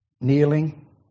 kneeling